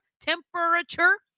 temperature